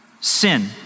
sin